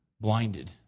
blinded